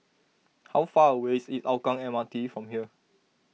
how far away is Hougang M R T from here